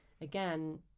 again